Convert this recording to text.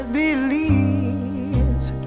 believes